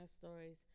stories